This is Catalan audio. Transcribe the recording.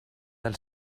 del